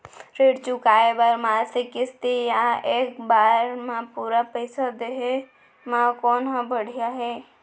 ऋण चुकोय बर मासिक किस्ती या एक बार म पूरा पइसा देहे म कोन ह बढ़िया हे?